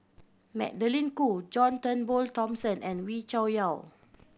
Magdalene Khoo John Turnbull Thomson and Wee Cho Yaw